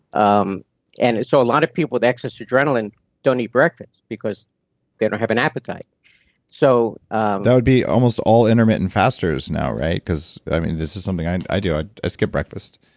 um and so a lot of people with excess adrenaline don't eat breakfast because they don't have an appetite so that would be almost all intermittent fasters now, right? because i mean this is something i i do. i i skip breakfast